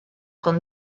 con